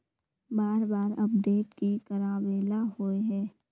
बार बार अपडेट की कराबेला होय है?